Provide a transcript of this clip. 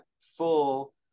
full